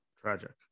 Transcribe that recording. Tragic